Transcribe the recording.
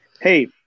hey